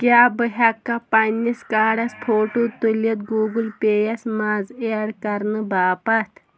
کیٛاہ بہٕ ہٮ۪کا پنٛنِس کاڈَس فوٹوٗ تُلِتھ گوٗگٕل پے یَس منٛز اٮ۪ڈ کَرنہٕ باپَتھ